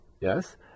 yes